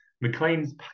McLean's